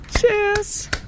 Cheers